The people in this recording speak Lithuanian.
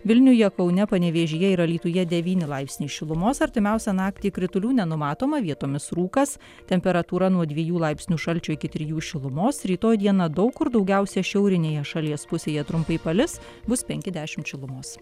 vilniuje kaune panevėžyje ir alytuje devyni laipsniai šilumos artimiausią naktį kritulių nenumatoma vietomis rūkas temperatūra nuo dviejų laipsnių šalčio iki trijų šilumos rytoj dieną daug kur daugiausia šiaurinėje šalies pusėje trumpai palis bus penki dešimt šilumos